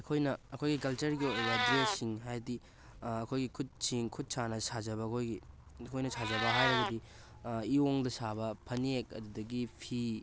ꯑꯩꯈꯣꯏꯅ ꯑꯩꯈꯣꯏꯒꯤ ꯀꯜꯆꯔꯒꯤ ꯑꯣꯏꯕ ꯗ꯭ꯔꯦꯁꯁꯤꯡ ꯍꯥꯏꯗꯤ ꯑꯩꯈꯣꯏꯒꯤ ꯈꯨꯠꯁꯤꯡ ꯈꯨꯠ ꯁꯥꯅ ꯁꯥꯖꯕ ꯑꯩꯈꯣꯏꯒꯤ ꯑꯩꯈꯣꯏꯅ ꯁꯥꯖꯕ ꯍꯥꯏꯔꯒꯗꯤ ꯏꯌꯣꯡꯗ ꯁꯥꯕ ꯐꯅꯦꯛ ꯑꯗꯨꯗꯒꯤ ꯐꯤ